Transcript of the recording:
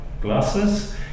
glasses